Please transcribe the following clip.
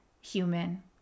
human